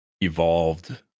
evolved